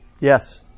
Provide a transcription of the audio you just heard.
Yes